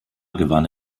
gewann